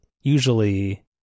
usually